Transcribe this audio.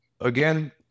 Again